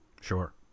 Sure